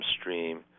stream